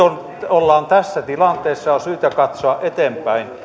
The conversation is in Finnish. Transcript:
ollaan tässä tilanteessa ja on syytä katsoa eteenpäin